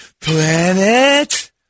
planet